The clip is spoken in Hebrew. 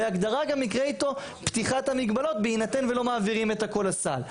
גם יקרה איתו פתיחת המגבלות בהינתן שלא מעבירים את הכול לסל.